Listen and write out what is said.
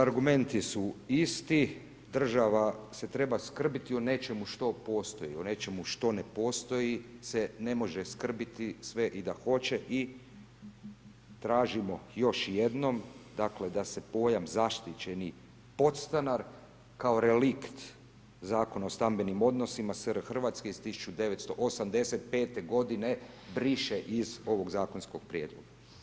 Dakle argumenti su isti, država se treba skrbiti o nečemu što postoji, u nečemu što ne postoji se ne može skrbiti sve i da hoće i tražimo još jednom dakle da se pojam zaštićenih podstanar kao relikt Zakon o stambenim odnosima SR Hrvatske, iz 1985. g. briše iz ovog zakonskog prijedloga.